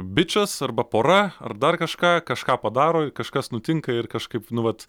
bičas arba pora ar dar kažką kažką padaro kažkas nutinka ir kažkaip nu vat